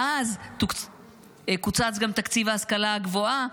ואז קוצץ גם תקציב ההשכלה הגבוהה,